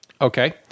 Okay